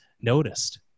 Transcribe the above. noticed